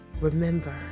Remember